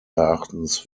erachtens